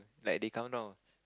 like they countdown